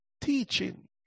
teaching